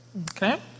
Okay